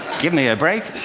give me a break.